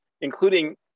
including